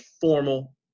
formal